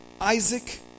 Isaac